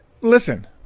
listen